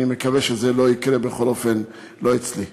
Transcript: אני מקווה שזה לא יקרה, בכל אופן, לא אצלי.